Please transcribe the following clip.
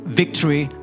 victory